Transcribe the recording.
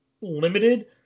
limited